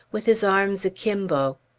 with his arms akimbo.